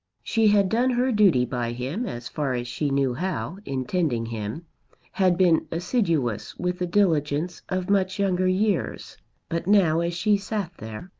she had done her duty by him as far as she knew how in tending him had been assiduous with the diligence of much younger years but now as she sat there,